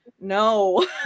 no